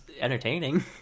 entertaining